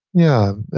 yeah.